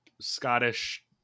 Scottish